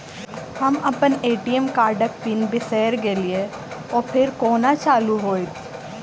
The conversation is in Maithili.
हम अप्पन ए.टी.एम कार्डक पिन बिसैर गेलियै ओ फेर कोना चालु होइत?